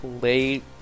late